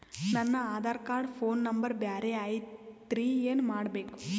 ನನ Aadhaar card phone number ಬ್ಯಾರೆ ಐತ್ರಿ ಏನ ಮಾಡಬೇಕು?